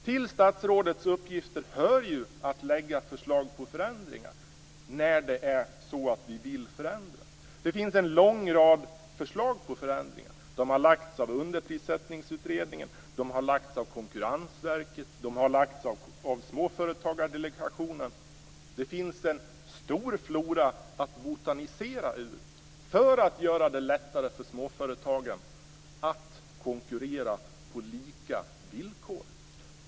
Till statsrådets uppgifter hör att lägga fram förslag om förändringar när vi vill förändra. Det finns en lång rad förslag om förändringar. De har lagts fram av Underprissättningsutredningen, av Konkurrensverket, av Småföretagsdelegationen. Det finns en stor flora att botanisera i för att göra det lättare för småföretagen att konkurrera på lika villkor.